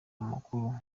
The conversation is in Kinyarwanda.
amakuru